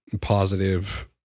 positive